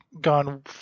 gone